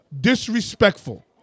Disrespectful